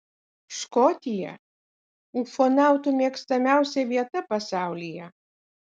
škotija ufonautų mėgstamiausia vieta pasaulyje